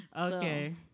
Okay